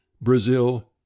Brazil